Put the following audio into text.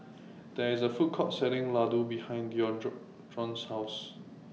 There IS A Food Court Selling Ladoo behind Dejon's House